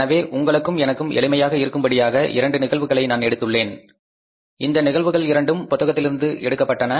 எனவே உங்களுக்கும் எனக்கும் எளிமையாக இருக்கும்படியாக இரண்டு நிகழ்வுகளை நான் எடுத்துள்ளேன் இந்த நிகழ்வுகள் இரண்டும் புத்தகத்திலிருந்து எடுக்கப்பட்டன